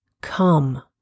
come